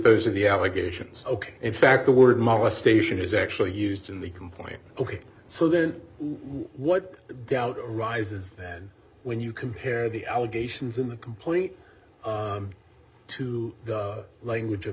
those are the allegations ok in fact the word molestation is actually used in the complaint ok so then what doubt arises then when you compare the allegations in the complaint to the language of